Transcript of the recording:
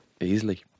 Easily